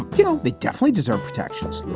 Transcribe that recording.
ah you know, they definitely deserve protections.